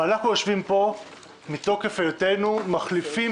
אנחנו יושבים פה מתוקף היותנו מחליפים